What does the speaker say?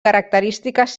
característiques